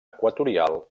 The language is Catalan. equatorial